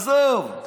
עזוב.